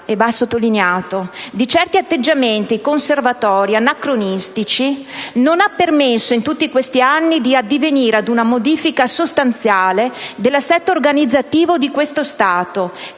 e va sottolineato - di certi atteggiamenti conservatori e anacronistici non ha permesso in tutti questi anni di addivenire ad una modifica sostanziale dell'assetto organizzativo di questo Stato,